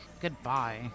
goodbye